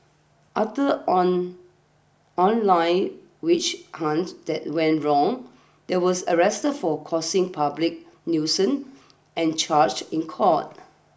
after on online witch hunt that went wrong they was arrested for causing public nuisance and charged in court